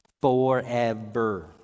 Forever